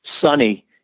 sunny